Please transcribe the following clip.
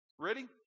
Ready